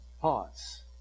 Pause